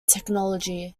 technology